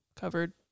covered